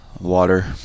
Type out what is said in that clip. Water